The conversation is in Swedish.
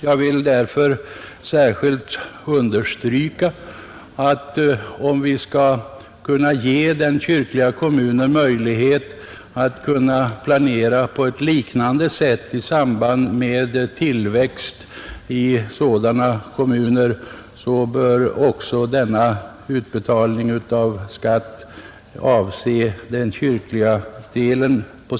Jag vill särskilt understryka, att om vi skall kunna ge den kyrkliga kommunen möjlighet att planera på ett liknande sätt som den borgerliga i samband med befolkningstillväxten i kommunerna, bör denna utbetalning av skatt också avse den kyrkliga delen.